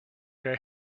they